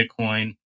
bitcoin